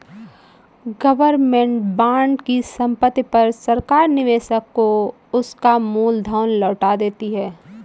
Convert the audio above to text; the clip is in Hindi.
गवर्नमेंट बांड की समाप्ति पर सरकार निवेशक को उसका मूल धन लौटा देती है